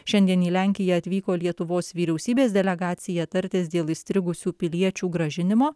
šiandien į lenkiją atvyko lietuvos vyriausybės delegacija tartis dėl įstrigusių piliečių grąžinimo